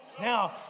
Now